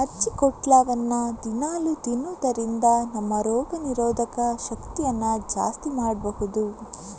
ಅಜ್ಜಿಕೊಟ್ಲವನ್ನ ದಿನಾಲೂ ತಿನ್ನುದರಿಂದ ನಮ್ಮ ರೋಗ ನಿರೋಧಕ ಶಕ್ತಿಯನ್ನ ಜಾಸ್ತಿ ಮಾಡ್ಬಹುದು